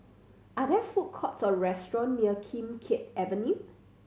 are there food courts or restaurant near Kim Keat Avenue